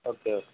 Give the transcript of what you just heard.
okay okay